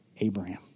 Abraham